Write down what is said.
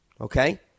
okay